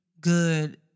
good